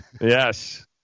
Yes